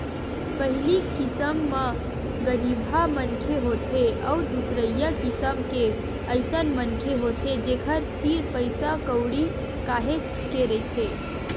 पहिली किसम म गरीबहा मनखे होथे अउ दूसरइया किसम के अइसन मनखे होथे जेखर तीर पइसा कउड़ी काहेच के रहिथे